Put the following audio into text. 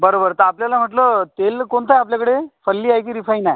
बरोबर तर आपल्याला म्हटलं तेल कोणतं आहे आपल्याकडे फल्ली आहे की रिफाईन आहे